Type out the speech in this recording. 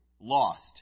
lost